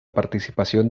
participación